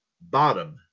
bottom